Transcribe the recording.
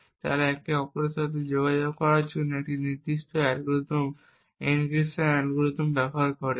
এবং তারা একে অপরের সাথে যোগাযোগ করার জন্য একটি নির্দিষ্ট এনক্রিপশন অ্যালগরিদম ব্যবহার করে